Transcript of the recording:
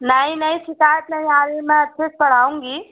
नहीं नहीं शिकायत नहीं आ रही है मैं अच्छे से पढ़ाऊँगी